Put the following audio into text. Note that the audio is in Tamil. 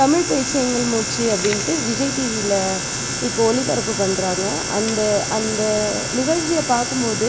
தமிழ் பேச்சு எங்கள் மூச்சு அப்படின்ட்டு விஜய் டிவியில இப்போ ஒளிபரப்பு பண்ணுறாங்க அந்த அந்த நிகழ்ச்சியை பார்க்கும்போது